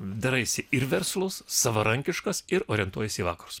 daraisi ir verslus savarankiškas ir orientuojiesi į vakarus